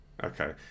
Okay